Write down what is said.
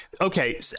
okay